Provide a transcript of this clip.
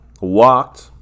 Walked